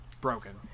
broken